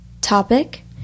topic